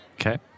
Okay